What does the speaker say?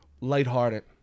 lighthearted